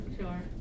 Sure